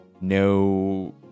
no